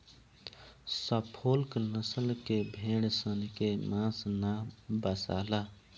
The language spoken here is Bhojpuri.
सफोल्क नसल के भेड़ सन के मांस ना बासाला